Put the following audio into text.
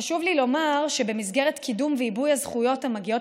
חשוב לי לומר שבמסגרת קידום ועיבוי הזכויות המגיעות